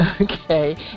Okay